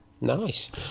Nice